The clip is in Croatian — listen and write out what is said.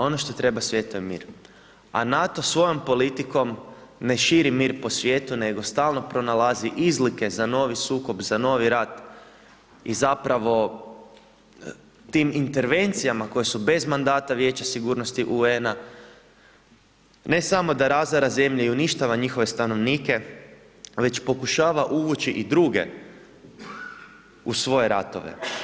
Ono što treba svijetu je mir, a NATO svojom politikom ne širi mir po svijetu, nego stalno pronalazi izlike za novi sukob, za novi rat, i zapravo, tim intervencijama, koji su bez mandata Vijeće sigurnosti UN-a, ne samo da razara zemlju i uništava njihove stanovnike, već pokušava uvući i druge u svoje ratove.